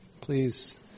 please